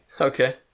Okay